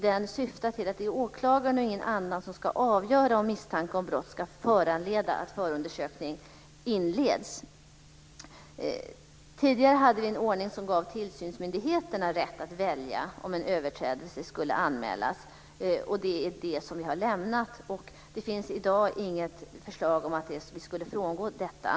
Den syftar till att det är åklagaren och ingen annan som ska avgöra om misstanke om brott ska föranleda att förundersökning inleds. Tidigare hade vi en ordning som gav tillsynsmyndigheterna rätt att välja om en överträdelse skulle anmälas. Det har vi nu lämnat. Det finns i dag inget förslag om att vi skulle frångå detta.